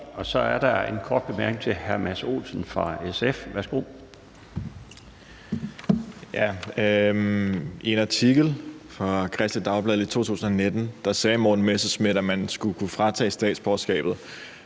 Så er der en kort bemærkning til hr. Mads Olsen fra SF. Værsgo. Kl. 17:36 Mads Olsen (SF): I en artikel i Kristeligt Dagblad fra 2019 sagde Morten Messerschmidt, at man skulle kunne tage statsborgerskabet